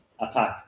attack